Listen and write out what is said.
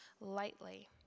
lightly